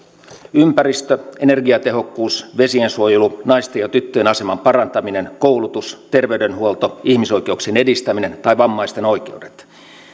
ympäristö energiatehokkuus vesiensuojelu naisten ja tyttöjen aseman parantaminen koulutus terveydenhuolto ihmisoikeuksien edistäminen tai vammaisten oikeudet